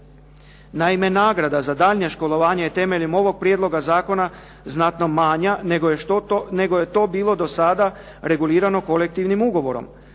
Naime nagrada za daljnje školovanje je temeljem ovog prijedloga zakona znatno manja nego je to bilo do sada regulirano kolektivnim ugovorom.